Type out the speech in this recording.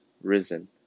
risen